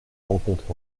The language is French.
rencontre